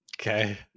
Okay